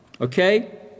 Okay